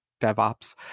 DevOps